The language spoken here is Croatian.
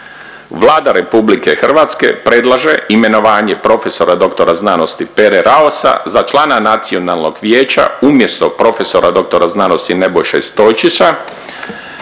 Vlada RH predlaže imenovanje profesora dr. sc. Pere Raosa za člana nacionalnog vijeća umjesto profesora dr. sc. Nebojše Stojčića.